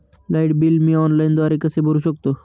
Light bill मी ऑनलाईनद्वारे कसे भरु शकतो?